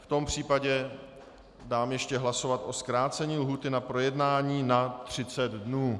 V tom případě dám ještě hlasovat o zkrácení lhůty na projednání na 30 dnů.